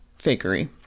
fakery